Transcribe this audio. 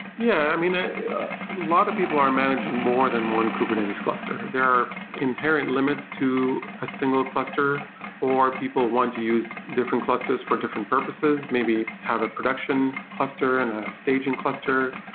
yeah. i mean, a lot of people are managing more than one kubernetes cluster. there are inherent limits to a single cluster or people want to use different clusters for different purposes. maybe have a production cluster and a staging cluster,